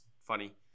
funny